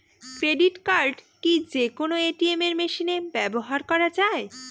Credit card কি যে কোনো এ.টি.এম মেশিনে ব্যবহার করা য়ায়?